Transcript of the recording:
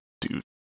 dude